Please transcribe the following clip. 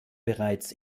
bereits